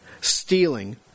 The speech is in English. stealing